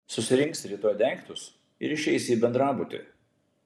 susirinksi rytoj daiktus ir išeisi į bendrabutį